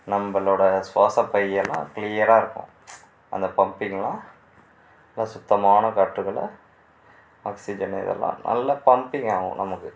நம்மளோட சுவாச பையெல்லாம் கிளியராக இருக்கும் அந்த பம்பிங்கெலாம் நல்லா சுத்தமான காற்றுகளை ஆக்சிஜென் இதெல்லாம் நல்லா பம்பிங் ஆகும் நமக்கு